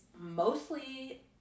mostly